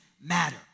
matter